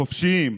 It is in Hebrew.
חופשיים,